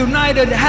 United